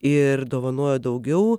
ir dovanojo daugiau